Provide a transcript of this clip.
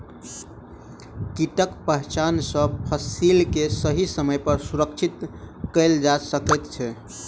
कीटक पहचान सॅ फसिल के सही समय पर सुरक्षित कयल जा सकै छै